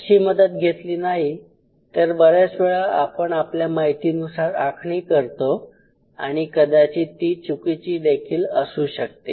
अशी मदत घेतली नाही तर बऱ्याच वेळा आपण आपल्या माहितीनुसार आखणी करतो आणि कदाचित ती चुकीची देखील असू शकते